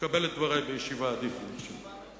תקבל את דברי בישיבה, עדיף, אני חושב.